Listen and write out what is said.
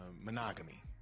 monogamy